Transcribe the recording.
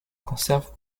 conserve